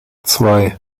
zwei